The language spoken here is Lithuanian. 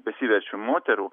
besiverčiančių moterų